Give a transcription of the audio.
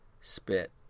spit